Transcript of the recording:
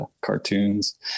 cartoons